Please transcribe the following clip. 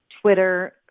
Twitter